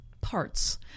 parts